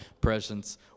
presence